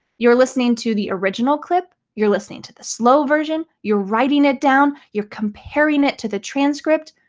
you're listening to the original clip, you're listening to the slow version, you're writing it down, you're comparing it to the transcript.